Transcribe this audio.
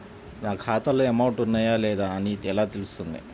నా ఖాతాలో అమౌంట్ ఉన్నాయా లేవా అని ఎలా తెలుస్తుంది?